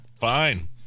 fine